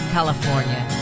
California